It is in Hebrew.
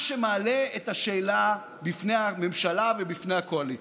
מה שמעלה את השאלה בפני הממשלה ובפני הקואליציה: